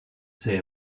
say